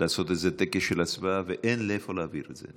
לעשות איזה טקס של הצבעה ואין לאיפה להעביר את זה.